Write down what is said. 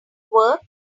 worth